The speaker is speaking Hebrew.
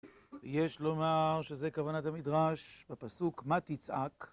ויש לומר שזה כוונת המדרש בפסוק מה תצעק